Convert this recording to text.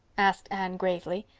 asked anne gravely.